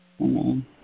Amen